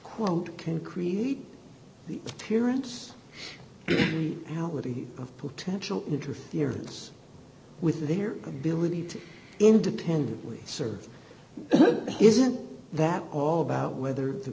quote concrete terrence outwitting potential interference with their ability to independently serve isn't that all about whether the